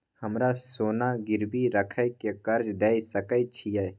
हमरा सोना गिरवी रखय के कर्ज दै सकै छिए?